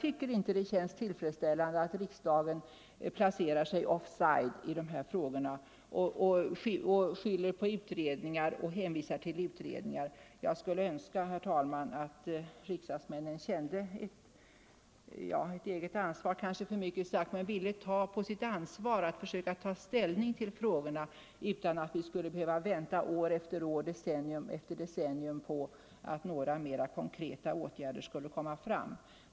Det känns inte tillfredsställande att riksdagen placerar sig offside i dessa frågor och hänvisar till utredningar. Jag skulle önska att riksdagsmännen kände ansvaret och försökte ta ställning till frågorna utan att vänta år efter år, decennium efter decennium, på att några mera konkreta åtgärder skall komma fram.